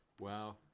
Wow